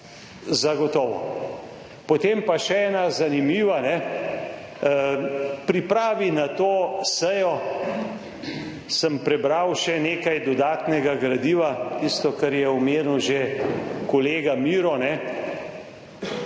zagotovo. Potem pa še ena zanimiva. Pripravi na to sejo, sem prebral še nekaj dodatnega gradiva, tisto kar je omenil že kolega Miro.